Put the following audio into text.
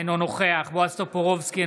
אינו נוכח בועז טופורובסקי,